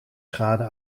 schade